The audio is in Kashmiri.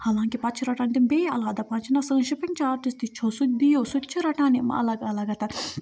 حالانکہِ پَتہٕ چھِ رَٹان تِم بیٚیہِ علاوٕ دَپان چھِ نہ سٲنۍ شِپِنٛگ چارجِز تہِ چھو سُہ تہِ دِیِو سُہ تہِ چھِ رَٹان یِم الگ الگَن